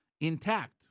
intact